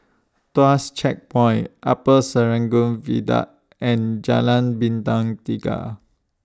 Tuas Checkpoint Upper Serangoon Viaduct and Jalan Bintang Tiga